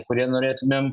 kurie norėtumėm